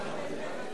סיעת בל"ד להביע